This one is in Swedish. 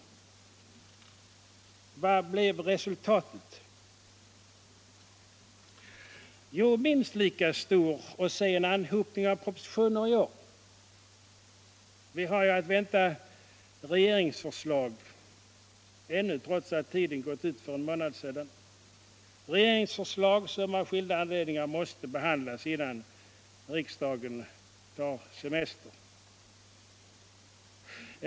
Vad - Granskningsarbeblev resultatet? Jo, det blev en minst lika stor och sen anhopning av = tets omfattning och propositioner i år. Vi har ju att vänta regeringsförslag ännu, trots att — inriktning, m.m. tiden gick ut för en månad sedan. Och det är regeringsförslag som av skilda anledningar måste behandlas innan riksdagen tar semester.